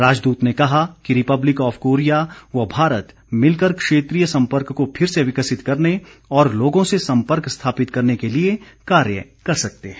राजदूत ने कहा ने कि रिपब्लिक ऑफ कोरिया व भारत मिल कर क्षेत्रीय संपर्क को फिर से विकसित करने और लोगों से संपर्क स्थापित करने के लिए कार्य कर सकते हैं